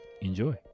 Enjoy